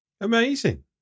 Amazing